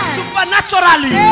Supernaturally